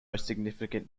significant